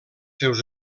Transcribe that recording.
seus